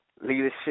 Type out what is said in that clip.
leadership